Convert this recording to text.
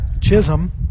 Chisholm